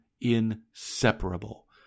inseparable